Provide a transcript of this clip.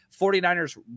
49ers